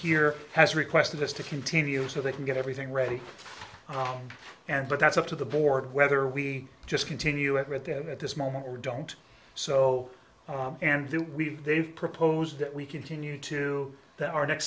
here has requested us to continue so they can get everything ready and but that's up to the board whether we just continue it with them at this moment or don't so and that we've they've proposed that we continue to that our next